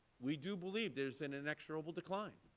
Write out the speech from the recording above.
we do believe there is an inexorable decline.